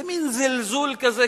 זה מין זלזול כזה,